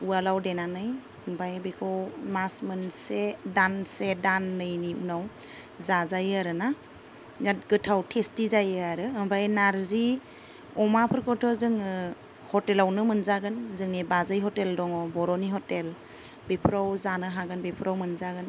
उवालआव देनानै ओमफ्राय बेखौ मास मोनसे दानसे दाननैनि उनाव जाजायो आरोना बिरात गोथाव टेस्टि जायो आरो ओमफाय नार्जि अमाफोरखौथ' जोङो हटेलावनो मोनजागोन जोंनि बाजै हटेल दङ बर'नि हटेल बेफोराव जानो हागोन बेफोराव मोनजागोन